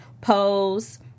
Pose